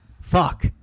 fuck